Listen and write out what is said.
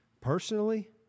personally